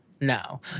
no